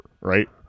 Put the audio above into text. right